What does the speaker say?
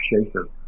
shaker